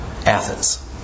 Athens